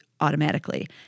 automatically